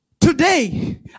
today